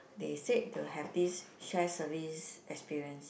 they said to have this share service experience